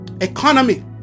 economy